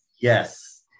yes